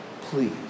please